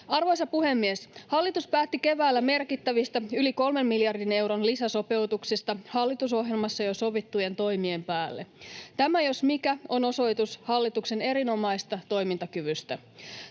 Arvoisa puhemies! Hallitus päätti keväällä merkittävistä, yli kolmen miljardin euron lisäsopeutuksista hallitusohjelmassa jo sovittujen toimien päälle. Tämä jos mikä on osoitus hallituksen erinomaisesta toimintakyvystä.